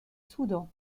soudan